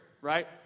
right